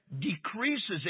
decreases